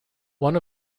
one